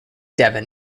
devon